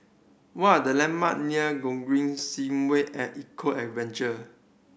what are the landmark near Gogreen Segway At Eco Adventure